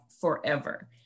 forever